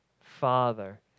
Father